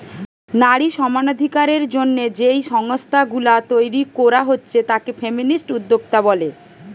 নারী সমানাধিকারের জন্যে যেই সংস্থা গুলা তইরি কোরা হচ্ছে তাকে ফেমিনিস্ট উদ্যোক্তা বলে